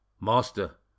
Master